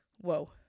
Whoa